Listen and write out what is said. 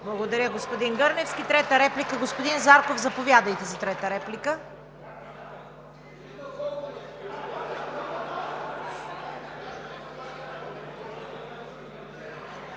Благодаря, господин Гърневски. Господин Зарков, заповядайте за трета реплика.